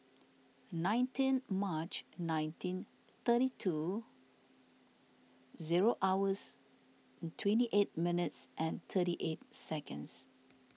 nineteen March nineteen thirty two zero hours twenty eight minutes and thirty eight seconds